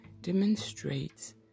demonstrates